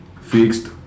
fixed